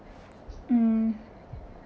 mm